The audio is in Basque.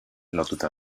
lotuta